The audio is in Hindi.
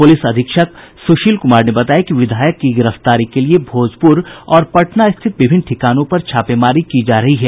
पुलिस अधीक्षक सुशील कुमार ने बताया कि विधायक की गिरफ्तारी के लिए भोजपुर और पटना स्थित विभिन्न ठिकानों पर छापेमारी की जा रही है